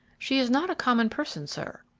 she is not a common person, sir.